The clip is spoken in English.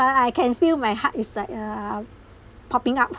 I can feel my heart is like uh popping out